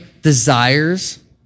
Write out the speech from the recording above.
desires